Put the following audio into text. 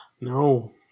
No